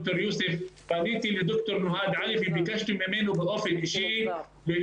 פניתי לד"ר מועאד אלי וביקשתי ממנו להיות שותף